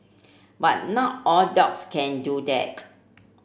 but not all dogs can do that